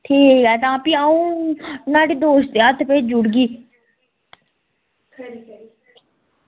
ठीक ऐ तां फ्ही अं'ऊ नुहाड़े दोस्तै हत्थ भेजी ओड़गी